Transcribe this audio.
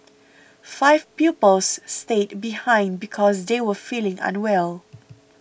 five pupils stayed behind because they were feeling unwell